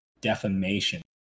defamation